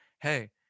Hey